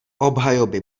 obhajoby